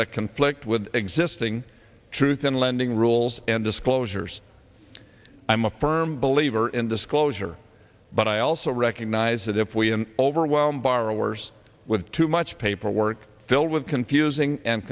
that conflict with existing truth in lending rules and disclosures i'm a firm believer in disclosure but i also recognize that if we overwhelm borrowers with too much paperwork filled with confusing and